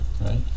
right